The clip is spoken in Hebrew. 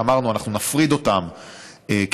שאמרנו שנפריד אותם מהבנקים,